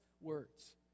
words